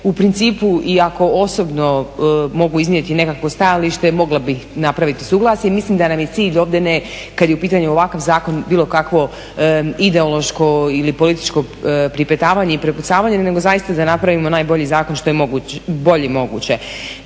U principu iako osobno mogu iznijeti nekakvo stajalište mogla bih napraviti suglasje. Mislim da nam je cilj kada je u pitanju ovakav zakon bilo kakvo ideološko ili političko pripetavanje i prepucavanje, nego zaista da napravimo najbolji zakon što je bolji moguće.